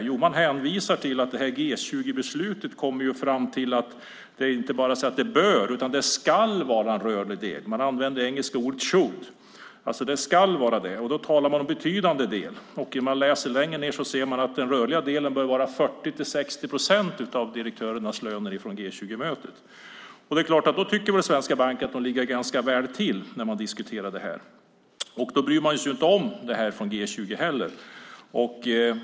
Jo, man hänvisar till att G20-mötet kom fram till att det inte bara bör utan skall vara en rörlig del, man använder det engelska ordet shoot. Det ska vara det. Man talar om en betydande del. Längre ned i artikeln står det att den rörliga delen bör vara 40-60 procent av direktörernas löner i enlighet med G20-mötet. Då tycker väl svenska banker att de ligger väl till och bryr sig inte om beslutet från G20.